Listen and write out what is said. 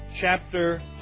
chapter